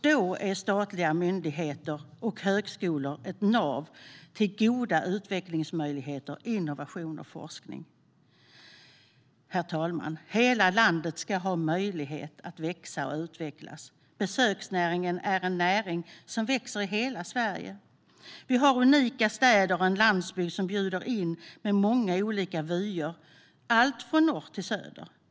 Då är statliga myndigheter och högskolor ett nav med goda utvecklingsmöjligheter, innovation och forskning. Herr talman! Hela landet ska ha möjlighet att växa och utvecklas. Besöksnäringen är en näring som växer i hela Sverige. Vi har unika städer och en landsbygd som bjuder in med många olika vyer från norr till söder.